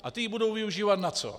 A ti ji budou využívat na co?